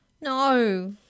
No